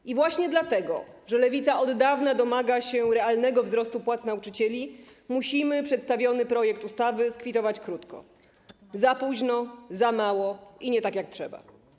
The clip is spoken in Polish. I właśnie dlatego, że Lewica od dawna domaga się realnego wzrostu płac nauczycieli, musimy przedstawiony projekt ustawy skwitować krótko: za późno, za mało i nie tak jak trzeba.